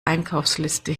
einkaufsliste